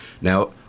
Now